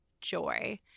joy